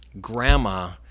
grandma